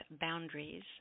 boundaries